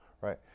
Right